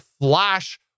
flash